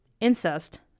incest